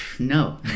No